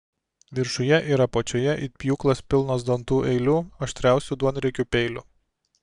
viršuje ir apačioje it pjūklas pilnos dantų eilių aštriausių duonriekių peilių